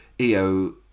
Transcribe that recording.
EO